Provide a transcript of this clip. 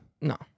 No